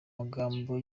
magambo